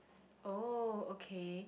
oh okay